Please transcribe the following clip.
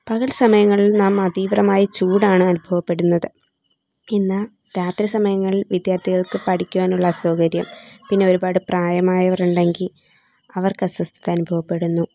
പകൽ സമയങ്ങളിൽ നാം അതീവ്രമായ ചൂടാണ് അനുഭവപ്പെടുന്നത് പിന്നെ രാത്രി സമയങ്ങളിൽ വിദ്യാർത്ഥികൾക്ക് പഠിക്കുവാനുള്ള അസൗകര്യം പിന്നെ ഒരുപാട് പ്രായമായവരുണ്ടെങ്കിൽ അവർക്ക് അസ്വസ്ഥത അനുഭവപ്പെടുന്നു